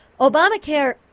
Obamacare